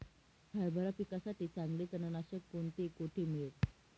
हरभरा पिकासाठी चांगले तणनाशक कोणते, कोठे मिळेल?